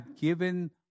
given